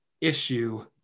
issue